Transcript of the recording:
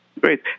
Great